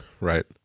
Right